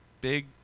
Big